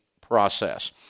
process